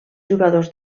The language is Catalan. jugadors